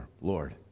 Lord